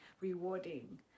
rewarding